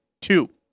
Two